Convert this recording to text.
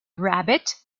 rabbit